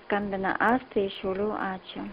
skambina astai šiaulių ačiū